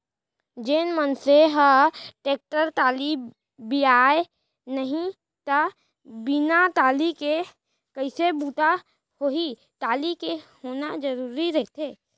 जेन मनसे ह टेक्टर टाली बिसाय नहि त बिन टाली के कइसे बूता होही टाली के होना जरुरी रहिथे